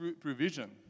provision